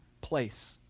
place